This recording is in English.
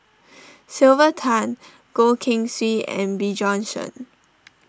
Sylvia Tan Goh Keng Swee and Bjorn Shen